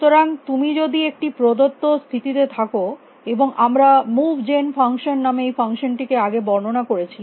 সুতরাং তুমি যদি একটি প্রদত্ত স্থিতিতে থাকো এবং আমরা মুভ জেন ফাংশন নামে এই ফাংশন টিকে আগে বর্ণনা করেছি